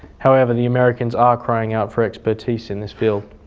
however, the americans are crying out for expertise in this field